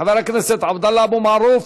חבר הכנסת עבדאללה אבו מערוף,